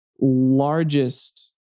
largest